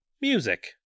Music